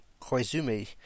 Koizumi